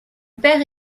père